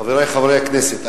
חברי חברי הכנסת,